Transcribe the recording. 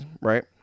right